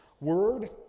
word